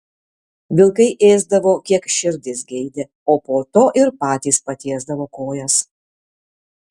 vilkai ėsdavo kiek širdis geidė o po to ir patys patiesdavo kojas